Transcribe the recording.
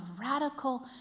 radical